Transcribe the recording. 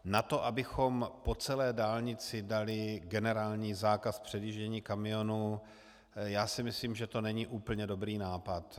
To, abychom po celé dálnici dali generální zákaz předjíždění kamionů já si myslím, že to není úplně dobrý nápad.